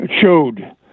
showed